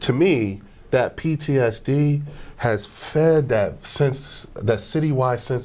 to me that p t s d has fed that sense that city y sense